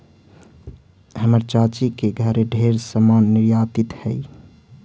हमर चाची के घरे ढेर समान निर्यातित हई